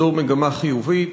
זו מגמה חיובית,